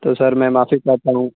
تو سر میں معافی چاہتا ہوں